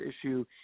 issue